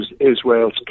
Israel's